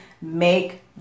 Make